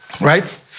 Right